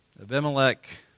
Abimelech